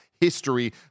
history